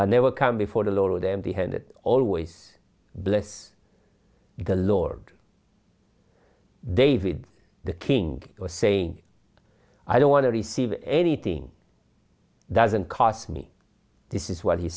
but never come before the lord empty handed always bless the lord david the king or saying i don't want to receive anything that isn't cost me this is what he